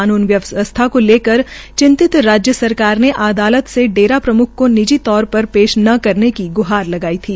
कानून व्यवस्था को लेकर चिंतिंत राज्य सरकार ने अदालत से डेरा प्रम्ख को निजी तौर पर न पेश करने की ग्हार लगाई थी